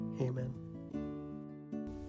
Amen